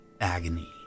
agony